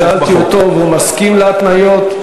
אני שאלתי אותו והוא מסכים להתניות.